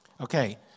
Okay